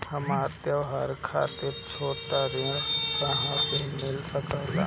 हमरा त्योहार खातिर छोट ऋण कहाँ से मिल सकता?